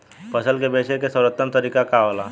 फसल के बेचे के सर्वोत्तम तरीका का होला?